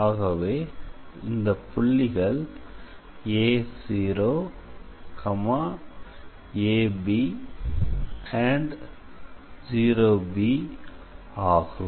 ஆகவே இந்த புள்ளிகள் a0 ab 0b ஆகும்